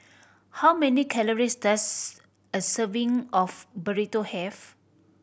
how many calories does a serving of Burrito have